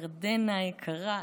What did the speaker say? ירדנה היקרה,